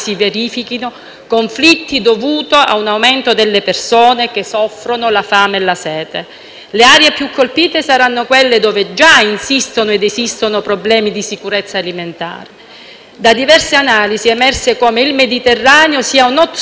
Le aree più colpite saranno quelle dove già insistono ed esistono problemi di sicurezza alimentare. Da diverse analisi è emerso come il Mediterraneo sia un *hot spot* del cambiamento climatico, dove saranno più evidenti le variazioni di temperature e regime idrico.